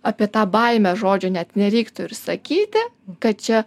apie tą baimę žodžio net nereiktų ir sakyti kad čia